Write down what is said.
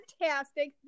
fantastic